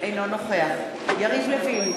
אינו נוכח יריב לוין,